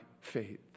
faith